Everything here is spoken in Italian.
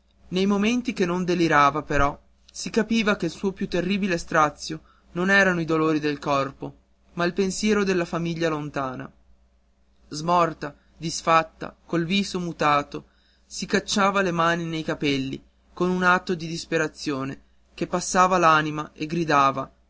nei momenti che non delirava però si capiva che il suo più terribile strazio non erano i dolori del corpo ma il pensiero della famiglia lontana smorta disfatta col viso mutato si cacciava le mani nei capelli con un atto di disperazione che passava l'anima e gridava